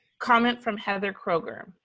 comment from heather kroeger.